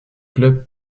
club